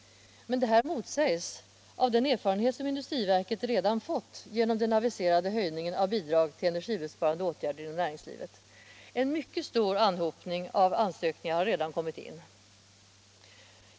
Detta motsägs av den erfarenhet industriverket redan fått genom den aviserade höjningen av bidrag till energibesparande åtgärder inom näringslivet. En mycket stor anhopning av ansökningar har redan kommit in.